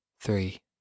three